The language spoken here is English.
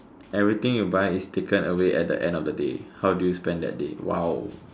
everything you buy is taken away at the end of day how do you spend that day !wow!